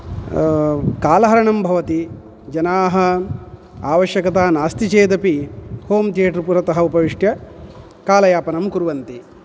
कालहरणं भवति जनाः आवश्यकता नास्ति चेदपि होम् थियेटर् पुरतः उपविश्य कालयापनं कुर्वन्ति